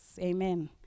amen